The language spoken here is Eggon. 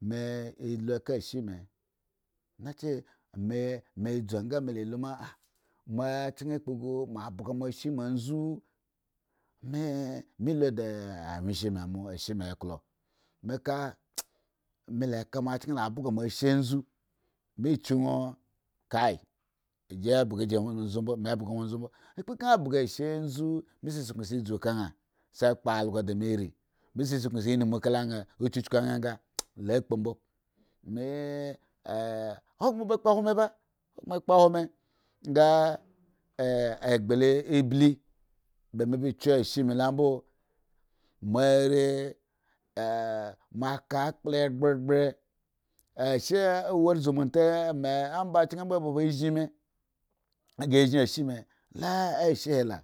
Me alu ka ashe me na chi me me dzu nga me la lu ma ahh machki kpoghu moa bhga moashe moa andzo meme lu da awyen she me mo ashe me klo me ka a me la ka machki la bhga moashhe andzo me chun ŋwo ki gi bhhga gi and zombo me bhga ŋwo andzo mbo me kpo ka nha bhga ashe andzo me sa su kuŋ dzu kanha sa kpo also dime rii me sasukuo inmu ka mha uchuchuku lo kpo mbo me eh ah ahogbren ba ba kpohd me ba hogbren kpohwo me nga eh egb loebli ba me ba kyu ashe me lo mbo moar moa ka ekpla gbengbe ashe uwar zumuta me amba chki mbo ba ba azhin me ghre ya zhin zshe me ah ashe he la